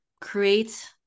create